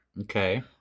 Okay